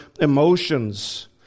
emotions